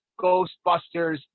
Ghostbusters